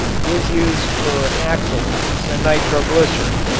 is used for axle-grease and nitroglycerin,